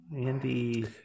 Andy